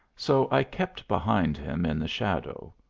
so i kept behind him in the shadow,